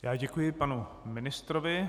Já děkuji panu ministrovi.